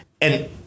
and-